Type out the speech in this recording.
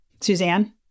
Suzanne